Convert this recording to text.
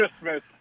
Christmas